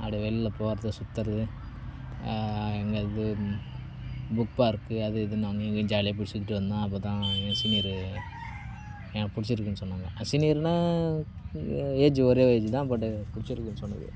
அப்படி வெளில போவது சுத்துறது எங்கையாவது புக் பார்க் அது இதுன்னு அங்கேயும் இங்கேயும் ஜாலியாக போய் சுற்றிட்டு வந்தோம் அப்போதுதான் என்னோட சீனியர் எனக்கு பிடிச்சிருக்குன்னு சொன்னாங்க சீனியர்னால் ஏ ஏஜ் ஒரே ஏஜ்தான் பட் பிடிச்சிருக்குனு சொன்னது